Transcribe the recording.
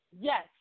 yes